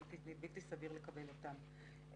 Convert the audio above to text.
שבלתי סביר לקבל אותם.